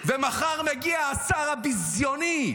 מחר מגיע השר הביזיוני,